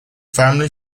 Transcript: family